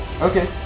Okay